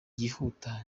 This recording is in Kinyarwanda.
yihuta